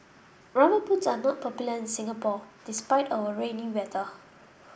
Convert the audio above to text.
rubber boots are not popular in Singapore despite our rainy weather